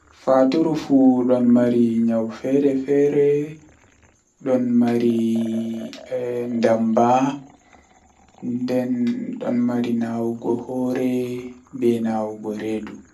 Huunde man aranndewol kam hilna tan masin, To hilni ambo mi naftiran be anndal mi mari jotta ngam mi andi be Wala anndal man duɓii duɓiiji ko saali ngamman mi daran mi naftira be anndal man mi laari mi wadan ko nafata ɓe haa rayuwa mabɓe haa wakkati man.